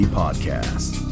podcast